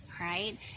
right